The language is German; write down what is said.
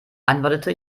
antwortete